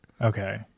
okay